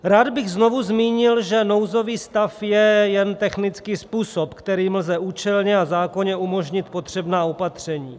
Rád bych znovu zmínil, že nouzový stav je jen technický způsob, kterým lze účelně a zákonně umožnit potřebná opatření.